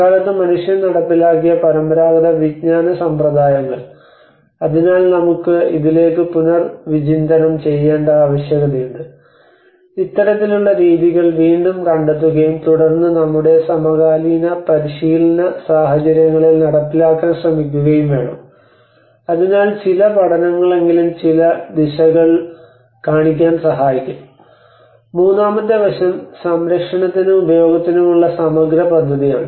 അക്കാലത്ത് മനുഷ്യൻ നടപ്പിലാക്കിയ പരമ്പരാഗത വിജ്ഞാന സമ്പ്രദായങ്ങൾ അതിനാൽ നമുക്ക് ഇതിലേക്ക് പുനർവിചിന്തനം ചെയ്യേണ്ട ആവശ്യകതയുണ്ട് ഇത്തരത്തിലുള്ള രീതികൾ വീണ്ടും കണ്ടെത്തുകയും തുടർന്ന് നമ്മുടെ സമകാലീന പരിശീലന സാഹചര്യങ്ങളിൽ നടപ്പിലാക്കാൻ ശ്രമിക്കുകയും വേണം അതിനാൽ ചില പഠനങ്ങളെങ്കിലും ചില ദിശകൾ കാണിക്കാൻ സഹായിക്കും മൂന്നാമത്തെ വശം സംരക്ഷണത്തിനും ഉപയോഗത്തിനുമുള്ള സമഗ്ര പദ്ധതിയാണ്